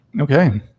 Okay